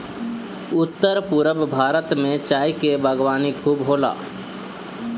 उत्तर पूरब भारत में चाय के बागवानी खूब होला